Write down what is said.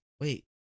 Wait